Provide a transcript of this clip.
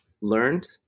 learned